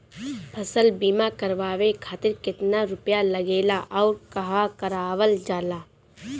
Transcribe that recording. फसल बीमा करावे खातिर केतना रुपया लागेला अउर कहवा करावल जाला?